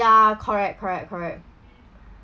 ya correct correct correct